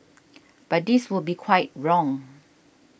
but this would be quite wrong